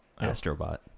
Astrobot